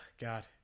God